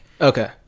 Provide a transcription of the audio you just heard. Okay